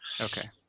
Okay